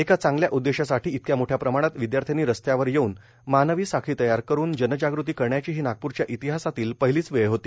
एका चांगल्या उद्देशासाठी इतक्या मोठ्या प्रमाणात विद्यार्थ्यांनी रस्त्यावर येऊन मानवी साखळी तयार करून जनजागृती करण्याची ही नागपूरच्या इतिहासातील पहिलीच वेळ होती